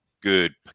good